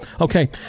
okay